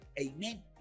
amen